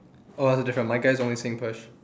oh that's the difference my guy is only saying push